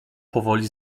powoli